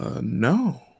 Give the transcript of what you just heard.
No